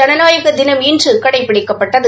ஜனநாயக தினம் இன்று கடைபிடிக்கப்பட்டது